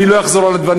אני לא אחזור על הדברים.